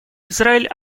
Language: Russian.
израиль